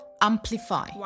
amplify